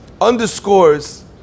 underscores